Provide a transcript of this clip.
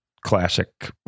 classic